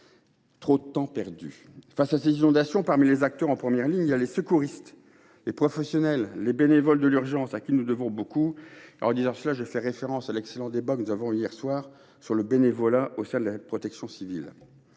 trop de temps perdu ! Face à ces inondations, parmi les acteurs en première ligne, il y a les secouristes, les professionnels et les bénévoles de l’urgence, à qui nous devons beaucoup. En disant cela, je fais référence à l’excellent débat que nous avons eu hier soir sur le bénévolat au sein de la protection civile.